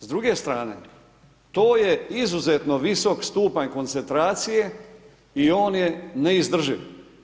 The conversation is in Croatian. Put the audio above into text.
S druge strane, to je izuzetno visok stupanj koncentracije i on je neizdrživ.